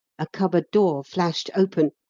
a cupboard door flashed open,